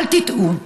אל תטעו,